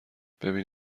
ببین